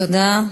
תודה.